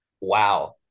wow